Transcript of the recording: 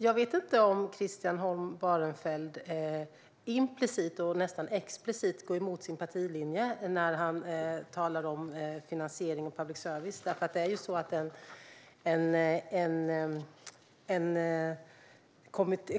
Herr talman! Christian Holm Barenfeld går implicit och nästan explicit emot sin partilinje när han talar om finansiering av public service.